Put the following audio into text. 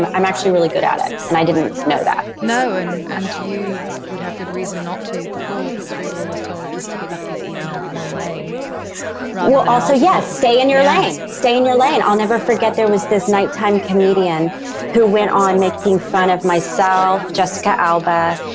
i'm i'm actually really good at it. and i didn't know that no. and and you would have good reason not to before, because we were always told just to be lucky to even have one lane well, also. yes. stay in your lane. stay in your lane. i'll never forget there was this nighttime comedian who went on making fun of myself, jessica alba,